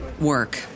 work